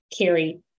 Carrie